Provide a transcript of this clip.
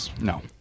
No